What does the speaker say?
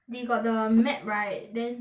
they got the map right then